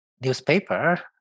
newspaper